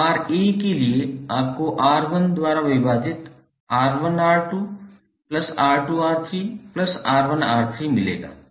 तो Ra के लिए आपको R1 द्वारा विभाजित 𝑅1𝑅2𝑅2𝑅3𝑅1𝑅3 मिलेगा